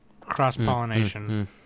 Cross-pollination